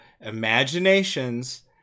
imaginations